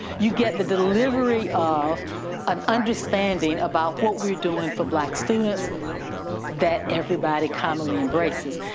you get the delivery of an understanding about what we're doing for black students that everybody commonly embraces.